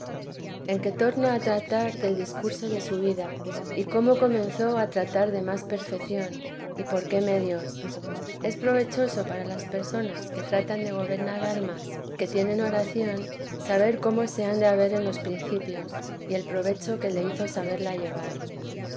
en que torna a tratar del discurso de su vida y cómo comenzó a tratar de más perfección y por qué medios es provechoso para las personas que tratan de gobernar almas que tienen oración saber cómo se han de haber en los principios y el provecho que le hizo saberla llevar